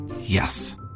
Yes